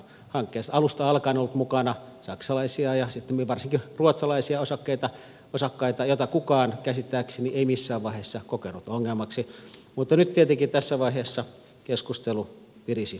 hankkeessa on alusta alkaen ollut mukana saksalaisia ja sittemmin varsinkin ruotsalaisia osakkaita joita kukaan käsittääkseni ei missään vaiheessa kokenut ongelmaksi mutta nyt tietenkin tässä vaiheessa keskustelu virisi siitäkin